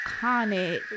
iconic